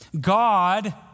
God